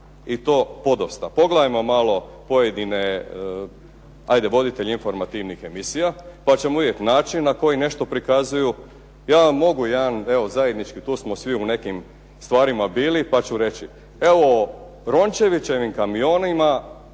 i to podosta. Pogledajmo malo pojedine ajde voditelj informativnih emisija, pa ćemo vidjeti način na koji nešto prikazuju. Ja vam mogu jedan evo zajednički tu smo svi u nekim stvarima bili, pa ću reći. Evo Rončevićevim kamionima